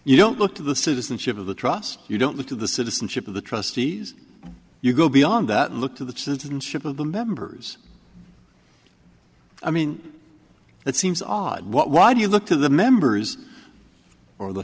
you don't look to the citizenship of the trust you don't look to the citizenship of the trustees you go beyond that look to the citizenship of the members i mean it seems odd what why do you look to the members or the